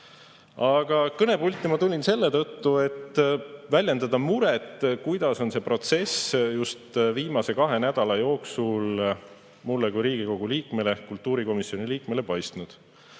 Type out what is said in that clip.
kõnepulti ma tulin selle tõttu, et väljendada muret, kuidas on see protsess just viimase kahe nädala jooksul mulle kui Riigikogu liikmele, kultuurikomisjoni liikmele paistnud.